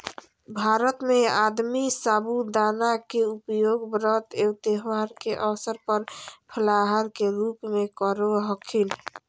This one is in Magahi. भारत में आदमी साबूदाना के उपयोग व्रत एवं त्यौहार के अवसर पर फलाहार के रूप में करो हखिन